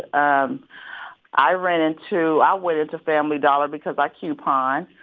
um i ran into i went into family dollar because i coupon.